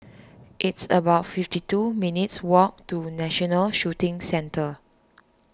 it's about fifty two minutes' walk to National Shooting Centre